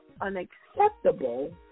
unacceptable